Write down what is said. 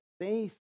faith